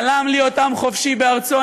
חלם להיות עם חופשי בארצו.